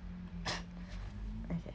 okay